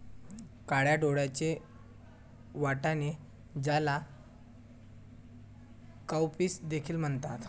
काळ्या डोळ्यांचे वाटाणे, ज्याला काउपीस देखील म्हणतात